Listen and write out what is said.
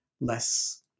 less